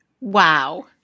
Wow